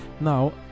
Now